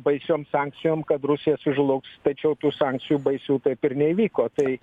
baisiom sankcijom kad rusija sužlugs tačiau tų sankcijų baisių taip ir neįvyko tai